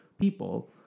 people